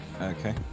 Okay